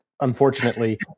unfortunately